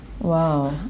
wow